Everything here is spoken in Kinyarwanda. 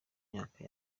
myaka